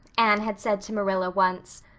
anne had said to marilla once,